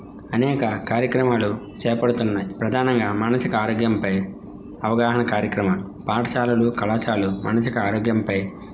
అనేక కార్యక్రమాలు చేపడుతున్నాయి ప్రధానంగా మానసిక ఆరోగ్యంపై అవగాహన కార్యక్రమాలు పాఠశాలలు కళాశాలు మానసిక ఆరోగ్యంపై